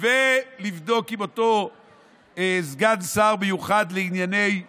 ולבדוק עם אותו סגן שר מיוחד לענייני עצמאים,